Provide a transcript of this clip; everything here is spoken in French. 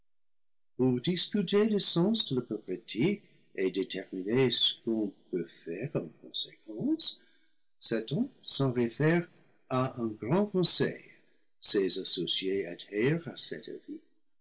discuter le sens de la prophétie et déterminer ce qu'on peut faire en conséquence satan s'en réfère à un grand conseil ses associés adhèrent à cet avis